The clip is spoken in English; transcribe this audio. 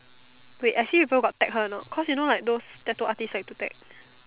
wait I see people got tag her or not you know like those tattoos artist like to tag